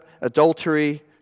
adultery